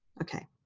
ok.